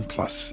Plus